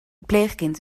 pleegkind